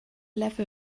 level